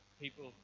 People